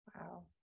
wow